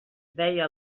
veia